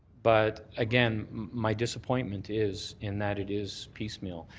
but, again, my disappointment is in that it is piecemeal,